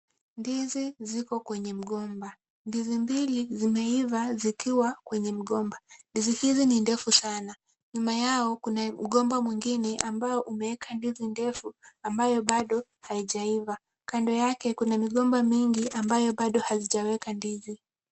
Ndizi ziko kwenye mbomba. Ndizi mbili zimeiva zikiwa kwenye mgomba. Ndizi hizi ni refu sana, Nyuma yao kuna mgomba mwingine ambao umeweka ndizi refu ambayo bado haijaiva. Kando yake kuna migomba mingi ambayo bado hazijaweka ndizi.